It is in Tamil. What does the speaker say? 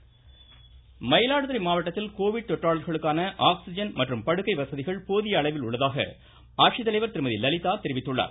மயிலாடுதுறை கோவிட் மயிலாடுதுறை மாவட்டத்தில் கோவிட் தொற்றாளர்களுக்கான ஆக்ஸிஜன் மற்றும் படுக்கை வசதிகள் போதிய அளவில் உள்ளதாக ஆட்சித்தலைவர் திருமதி லலிதா தெரிவித்துள்ளார்